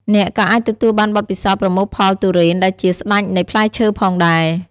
អ្នកក៏អាចទទួលបានបទពិសោធន៍ប្រមូលផលទុរេនដែលជាស្តេចនៃផ្លែឈើផងដែរ។